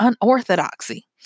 unorthodoxy